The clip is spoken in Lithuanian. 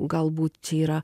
galbūt čia yra